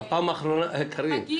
קארין,